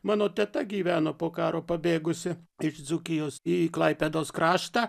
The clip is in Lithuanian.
mano teta gyveno po karo pabėgusi iš dzūkijos į klaipėdos kraštą